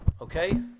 Okay